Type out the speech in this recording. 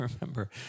remember